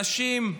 אנשים,